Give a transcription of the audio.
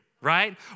right